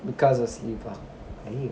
because of sleep ah அய்யயோ:aiyayoo